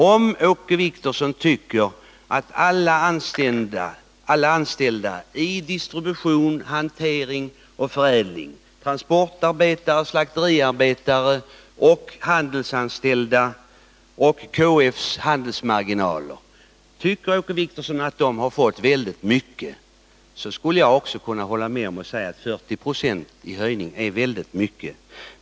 Om Åke Wictorsson tycker att det har blivit väldigt mycket för de anställda i distribution, hantering och förädling, för transportarbetare, slakteriarbetare och handelsanställda och för KF:s handelsmarginaler, då skulle jag också kunna hålla med om att 40 90 i höjning är väldigt mycket.